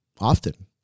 often